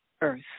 earth